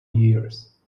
years